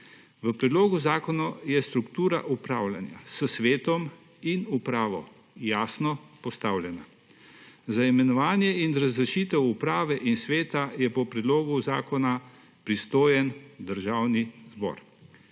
V predlogu zakona je struktura upravljanja s svetom in upravo jasno postavljena. Za imenovanje in razrešitev uprave in sveta je po predlogu zakona pristojen Državni zbor.